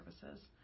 services